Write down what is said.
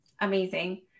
Amazing